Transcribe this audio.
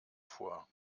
vor